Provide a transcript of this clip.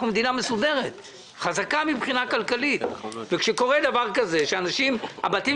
אנחנו עוסקים בעניין של הפיצוי לאנשים שביתם או בכלל העיר